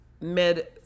mid